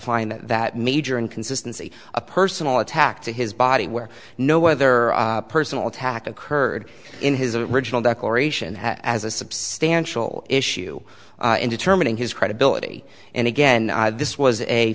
define that major inconsistency a personal attack to his body where no whether personal attack occurred in his original declaration as a substantial issue in determining his credibility and again this was a